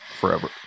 forever